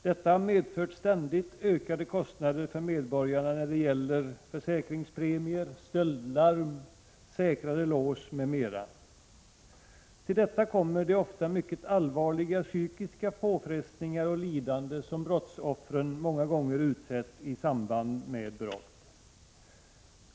Detta har medfört ständigt ökade kostnader för medborgarna när det gäller försäkringspremier, stöldlarm, säkrare lås m.m. Till detta kommer de ofta mycket allvarliga psykiska påfrestningarna och det lidande som brottsoffren många gånger utsätts för i samband med brott.